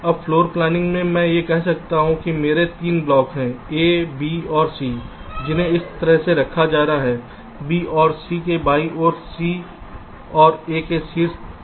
अब floor planning में मैं कह सकता हूं कि मेरे 3 ब्लॉक हैं A B और C जिन्हें इस तरह रखा जाना है B और C के बाईं ओर C और A के शीर्ष पर B है